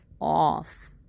off